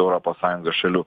europos sąjungos šalių